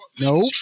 Nope